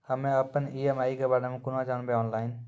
हम्मे अपन ई.एम.आई के बारे मे कूना जानबै, ऑनलाइन?